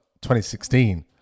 2016